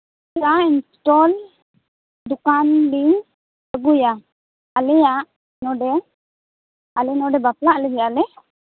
ᱪᱟ ᱥᱴᱚᱞ ᱫᱚᱠᱟᱱ ᱞᱤᱧ ᱟᱹᱜᱩᱭᱟ ᱟᱞᱮᱭᱟᱜ ᱱᱚᱸᱰᱮ ᱟᱞᱮ ᱱᱚᱸᱰᱮ ᱵᱟᱯᱞᱟᱜ ᱞᱟᱹᱜᱤᱫ ᱟᱞᱮ